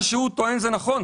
מה שהוא טוען זה נכון,